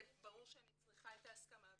ברור שאני צריכה את ההסכמה,